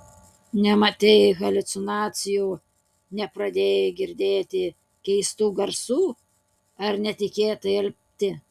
nematei haliucinacijų nepradėjai girdėti keistų garsų ar netikėtai alpti